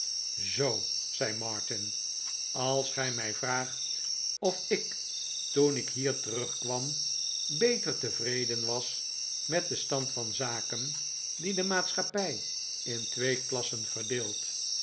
zoo zei martin ais gij mij vraagt of ik toen ik hier terugkwam beter tevreden was met den stand van zaken die de maatschappij in twee klassen verdeelt